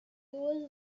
was